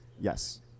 yes